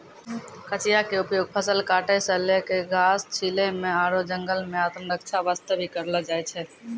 कचिया के उपयोग फसल काटै सॅ लैक घास छीलै म आरो जंगल मॅ आत्मरक्षा वास्तॅ भी करलो जाय छै